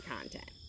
content